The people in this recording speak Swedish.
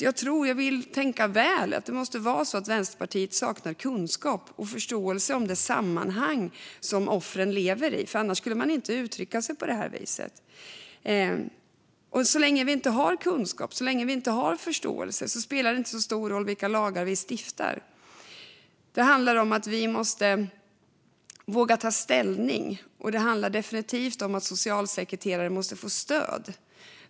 Jag vill tänka väl. Det måste vara så att Vänsterpartiet saknar kunskap och förståelse om det sammanhang som offren lever i. Annars skulle man inte uttrycka sig på det här viset. Så länge vi inte har kunskap och förståelse spelar det inte så stor roll vilka lagar vi stiftar. Vi måste våga ta ställning. Det handlar definitivt om att socialsekreterare måste få stöd.